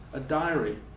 a diary,